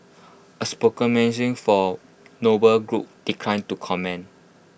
A spoken for noble group declined to comment